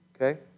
Okay